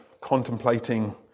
contemplating